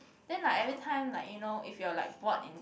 then like every time like you know if you're like bored in